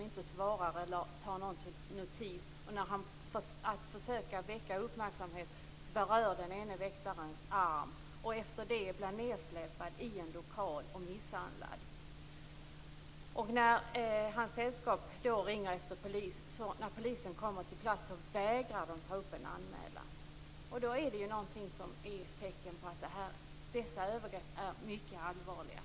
De svarar inte och tar ingen notis om honom. För att försöka väcka uppmärksamhet berör han den ene väktarens arm, och efter det blir han nedsläpad i en lokal och misshandlad. Hans sällskap ringer efter polis. När poliserna kommer till platsen vägrar de ta upp en anmälan. Detta är tecken på att dessa övergrepp är mycket allvarliga.